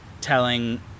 telling